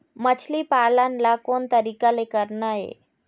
मछली पालन ला कोन तरीका ले करना ये?